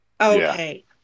Okay